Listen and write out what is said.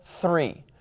three